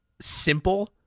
simple